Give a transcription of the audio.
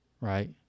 right